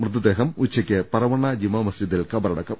മൃതദേഹം ഉച്ചയ്ക്ക് പറവണ്ണ ജുമാമസ്ജിദിൽ കബറടക്കും